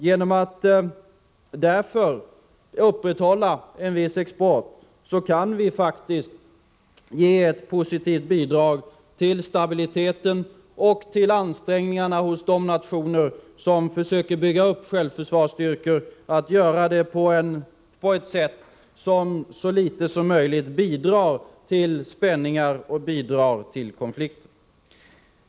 Genom att därför upprätthålla en viss export kan vi faktiskt ge ett positivt bidrag till stabiliteten och till ansträngningarna hos de nationer som försöker bygga upp självförsvarsstyrkor att göra det på ett sätt som så litet som möjligt bidrar till spänningar och till konflikter.